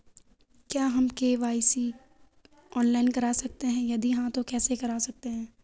क्या हम KYC online करा सकते हैं यदि हाँ तो कैसे करा सकते हैं?